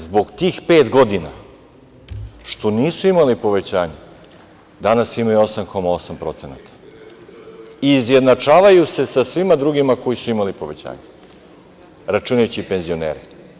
Zbog tih pet godina što nisu imali povećanje, danas imaju 8,8% i izjednačavaju se sa svima drugima koji su imali povećanja, računajući i penzionere.